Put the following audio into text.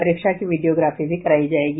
परीक्षा की विडियोग्राफी भी करायी जायेगी